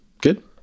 good